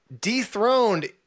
dethroned